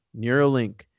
Neuralink